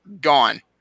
gone